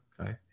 Okay